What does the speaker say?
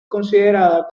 considerada